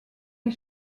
des